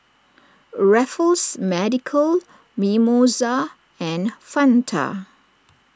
Raffles Medical Mimosa and Fanta